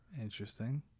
Interesting